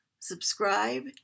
Subscribe